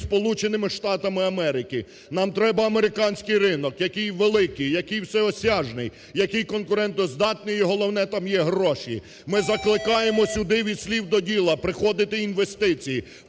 Сполученими Штатами Америки. Нам треба американський ринок, який великий, який всеосяжний, який конкурентоздатний, і, головне, там є гроші. Ми закликаємо сюди від слів до діла приходити інвестиції,